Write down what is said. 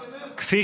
טוב, אנחנו, כפי